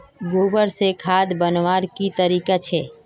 गोबर से खाद बनवार की तरीका छे?